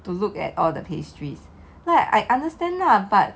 to look at all the pastries like I understand lah but